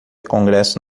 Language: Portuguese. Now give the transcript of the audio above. congresso